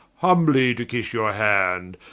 humbly to kisse your hand,